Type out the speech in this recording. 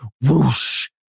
whoosh